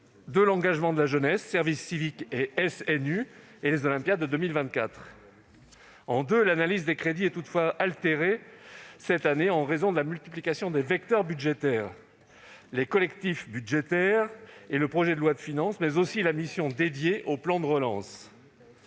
de l'engagement de la jeunesse- service civique et service national universel -et les Olympiades de 2024. L'analyse des crédits est toutefois altérée cette année, en raison de la multiplication des vecteurs budgétaires : les collectifs budgétaires, le projet de loi de finances, mais aussi la mission dédiée au plan de relance.